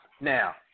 Now